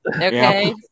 Okay